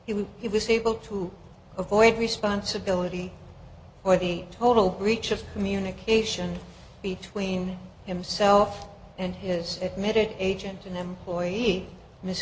would he was able to avoid responsibility for the total breach of communication between himself and his admitted agent an employee miss